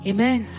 Amen